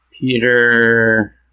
Peter